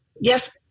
yes